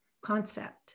concept